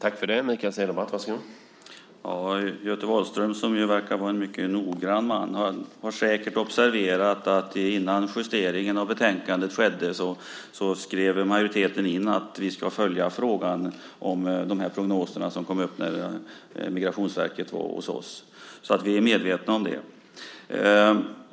Herr talman! Göte Wahlström, som verkar vara en mycket noggrann man, har säkert observerat att innan justeringen av betänkandet skedde skrev majoriteten in att vi ska följa frågan om de prognoser som kom upp när Migrationsverket var hos oss. Så vi är medvetna om det.